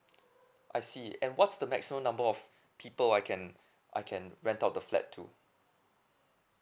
I see and what's the maximum number of people I can I can rent out the flat to